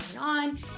on